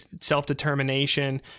self-determination